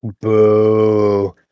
Boo